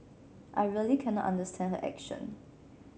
I really cannot understand her action